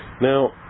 now